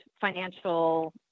financial